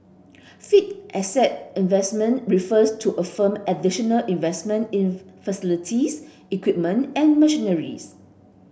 fixed asset investment refers to a firm additional investment in facilities equipment and machineries